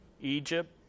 Egypt